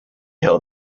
held